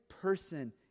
person